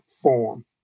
form